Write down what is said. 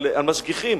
על משגיחים,